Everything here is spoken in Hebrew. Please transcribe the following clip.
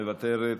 מוותרת,